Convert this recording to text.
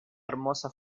hermosa